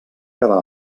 quedar